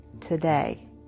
today